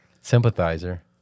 Sympathizer